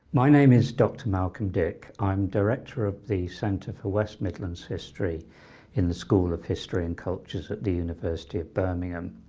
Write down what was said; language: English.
my name is dr malcolm dick. i'm director of the centre for west midlands history in the school of history and cultures at the university of birmingham.